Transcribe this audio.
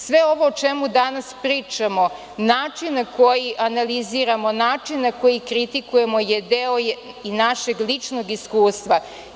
Sve ovo o čemu danas pričamo, način na koji analiziramo, način na koji kritikujemo je deo i našeg ličnost iskustva.